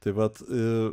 tai vat